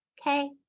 Okay